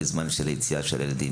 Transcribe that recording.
בזמנים של היציאה של הילדים,